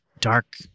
dark